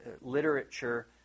literature